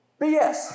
BS